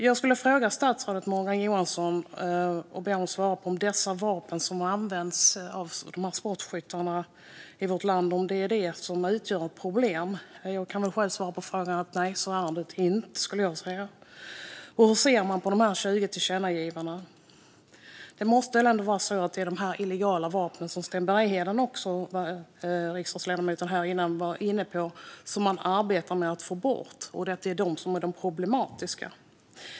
Jag skulle vilja be statsrådet Morgan Johansson svara på om de vapen som används av sportskyttarna i vårt land utgör ett problem. Jag kan själv svara på frågan: Nej, det gör de inte. Hur ser man på dessa 20 tillkännagivanden? Det måste väl ändå vara de illegala vapen som riksdagsledamoten Sten Bergheden tidigare var inne på som man arbetar med att få bort och som är problematiska?